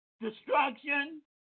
destruction